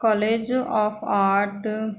college of art